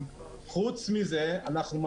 חוץ מזה אנחנו גם